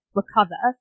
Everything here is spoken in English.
recover